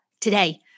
today